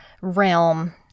realm